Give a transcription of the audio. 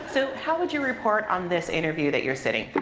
so, how would you report on this interview that you're sitting